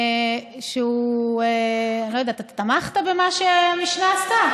אני לא יודעת, אתה תמכת במה שהמשנה עשתה?